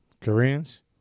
Koreans